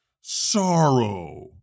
sorrow